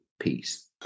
Peace